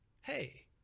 hey